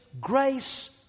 grace